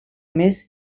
més